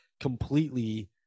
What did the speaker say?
completely